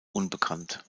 unbekannt